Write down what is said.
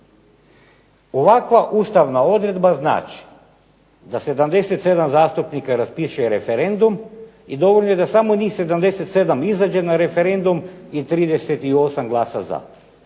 Ovakva ustavna odredba znači da 77 zastupnika raspiše referendum i dovoljno je da samo njih 77 izađe na referendum i 39 glasa za